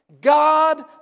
God